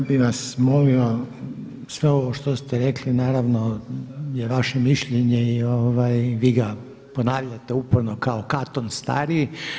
Ja bih vas molio sve ovo što ste rekli naravno je vaše mišljenje i vi ga ponavljate uporno kao Katon Stariji.